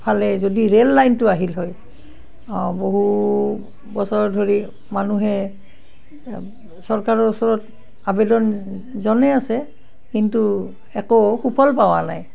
ফালে যদি ৰেল লাইনটো আহিল হয় বহু বছৰ ধৰি মানুহে চৰকাৰৰ ওচৰত আবেদন জনাই আছে কিন্তু একো সুফল পোৱা নাই